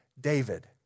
David